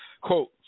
Quote